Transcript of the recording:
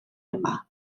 yma